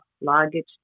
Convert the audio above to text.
luggage